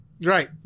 Right